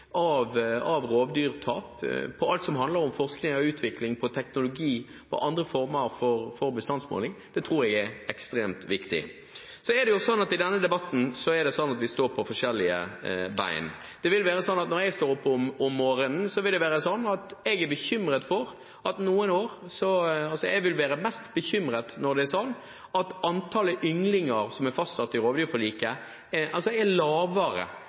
av den dommen som var, tror jeg var viktig for å vise at man ønsker å kompensere på en rimelig måte. Det å jobbe målrettet med forebygging av rovdyrtap, med alt som handler om forskning og utvikling av teknologi og andre former for bestandsmåling, tror jeg er ekstremt viktig. Så er det sånn at i denne debatten står vi på forskjellige bein. Når jeg står opp om morgenen, vil jeg være mest bekymret når det er sånn at antallet ynglinger som er fastsatt i rovdyrforliket, er lavere